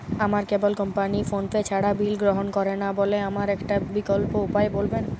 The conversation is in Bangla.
আমার কেবল কোম্পানী ফোনপে ছাড়া বিল গ্রহণ করে না বলে আমার একটা বিকল্প উপায় বলবেন?